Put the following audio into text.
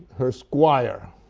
her squire.